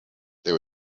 there